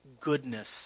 goodness